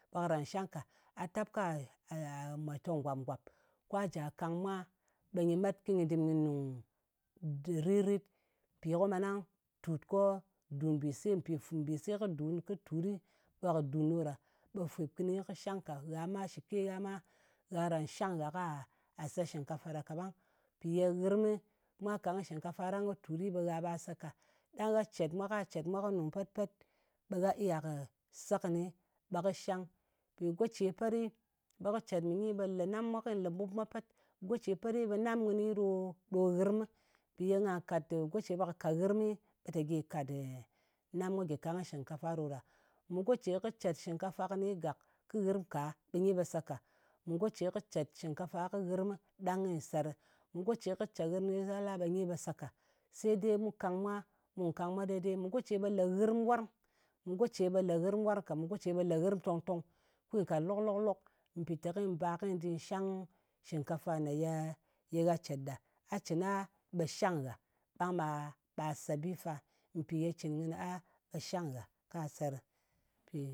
Ɓe karan shang ka. A tap ka, yi mwa tong ngwàb-ngwàb. Kwa jà kang mwa, ɓe nyɨ met ko nyɨ dɨm nyɨ nùng ririt. Mpì ko mantang tùt ko dùn mbìse, mpì mbìse kɨ dun, kɨ tut ɗɨ ɓe kɨ dùn ɗo ɗa. Ɓe fwep kɨnɨ kɨ shang ka. Gha ma shɨke gha ma gha karan shang gha ka se shɨngkafa ɗa kaɓang. Mpì ye ghɨrmɨ, mwa kang kɨ shingkafa ɗang kɨ tut ɗɨ ɓe gha ba se ka. Ɗang gha cèt mwa ka cet mwa ko kɨ nùng pet-pet ɓe gha iya kɨ se kɨni, ɓe kɨ shang. Mpì go ce pet ɗi, ɓe kɨ cèt mɨ nyi, ɓe lè nam mwa, kɨnyi lè ɓub mwa pet. Go ce pet ɗi, ɓe nam kɨni ɗo nghɨrmɨ. Ɓa nga kat, go ce ɓe kɨ ka nghɨrmɨ, ɓe tè gyì kat nam ko gyɨ kang kɨ shingkafa ɗo ɗa. Mɨ go ce kɨ cèt shɨngkafa kɨni gàk kɨ nghɨrm ka, ɓe nyi ɓe se ka. Go ce kɨ cèt shingkafa kɨ nghɨrm ɗang kɨy se ɗɨ. Mɨ go ce kɨ cèt nghɨrm zala ɓe nyi ɓe se ka. Se dei mu kang mwa, mu kang mwa dei-dei. Go ce ɓe le nghɨrm warng. Go ce ɓe le nghɨrm warng ka. Go ce ɓe le nghɨrm tong-tong, kwi kàt lok lok lok lok. Mpì te kìy bà kiy ndi shang shingkafa nè ye, ye gha cèt ɗa. A cɨn a ɓe shang ngha. Ɓang ɓa ɓa se bi fa. Mpì ye cɨn a ɓe shang nghà ka se ɗɨ. Mpì